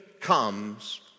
comes